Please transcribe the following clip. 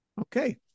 Okay